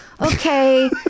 Okay